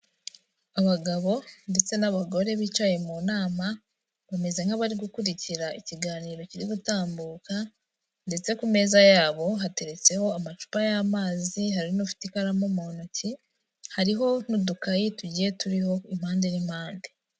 Abagabo ndetse n'abagore bicaye mu nama, bameze nk'abari gukurikira ikiganiro kiri gutambuka ndetse ku meza yabo hateretseho amacupa y'amazi, hari n'ufite ikaramu mu ntoki, hariho n'udukayi tugiye turiho impande n'impande.